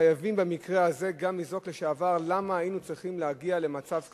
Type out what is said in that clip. חייבים במקרה הזה גם לזעוק על לשעבר למה היינו צריכים להגיע למצב כזה,